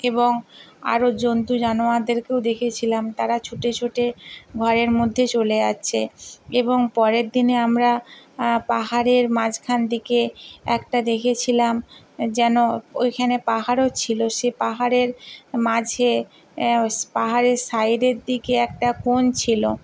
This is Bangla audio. এবং আরও জন্তু জানোয়ারদেরকেও দেখেছিলাম তারা ছুটে ছুটে ঘরের মধ্যে চলে যাচ্ছে এবং পরের দিনে আমরা পাহাড়ের মাঝখান থেকে একটা দেখেছিলাম যেন ওইখানে পাহাড়ও ছিল সে পাহাড়ের মাঝে ঐ পাহাড়ের সাইডের দিকে একটা কোণ ছিল